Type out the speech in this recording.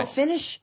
finish